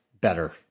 better